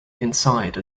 inside